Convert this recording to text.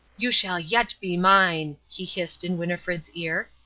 you shall yet be mine! he hissed in winnifred's ear,